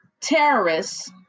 terrorists